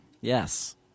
yes